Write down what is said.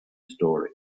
story